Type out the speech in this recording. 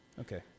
Okay